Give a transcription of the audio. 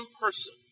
person